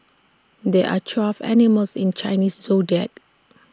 there are twelve animals in Chinese Zodiac